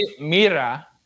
Mira